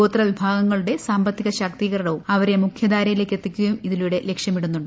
ഗോത്ര വിഭാഗങ്ങളുടെ സാമ്പത്തിക ശാക്തീകരണവും അവരെ മുഖ്യധാരയിലേയ്ക്കെത്തിക്കുകയും ഇതിലൂടെ ലക്ഷ്യമിടുന്നുണ്ട്